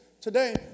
today